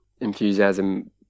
enthusiasm